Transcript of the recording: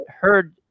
heard